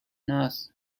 nurse